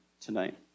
tonight